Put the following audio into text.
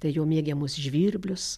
tai jo mėgiamus žvirblius